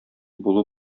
булу